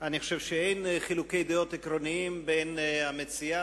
אני חושב שאין חילוקי דעות עקרוניים בין המציעה,